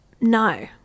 no